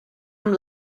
amb